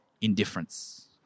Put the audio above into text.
indifference